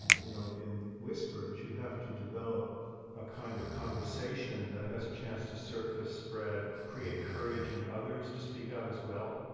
you know, in whispers. you have to develop a kind of conversation that has a chance to surface, spread, create courage in others to speak out as well.